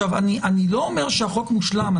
אני לא אומר שהחוק מושלם.